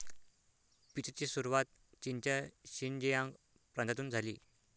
पीचची सुरुवात चीनच्या शिनजियांग प्रांतातून झाली